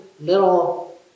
little